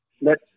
let